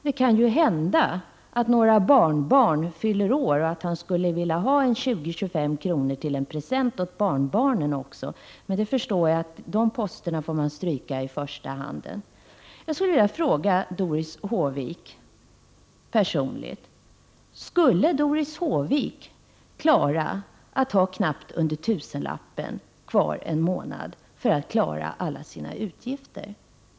Det kan hända att något barnbarn fyller år och att han skulle vilja ha 20-25 kr. till en present också, men jag förstår att det är en post som han i första hand får stryka. Jag vill fråga Doris Håvik personligt: Skulle Doris Håvik klara att ha knappt under tusenlappen kvar en månad för att klara alla sina utgifter?